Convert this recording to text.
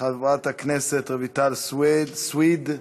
חברת הכנסת רויטל סויד,